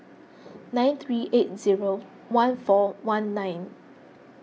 nine three eight zero one four one nine